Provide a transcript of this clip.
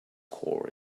core